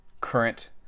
current